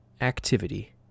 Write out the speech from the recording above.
activity